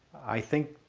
i think,